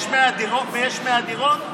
יש 100 דירות?